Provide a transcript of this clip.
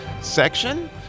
section